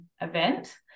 event